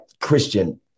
christian